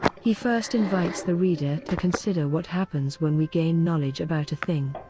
he first invites the reader to consider what happens when we gain knowledge about a thing.